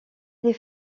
des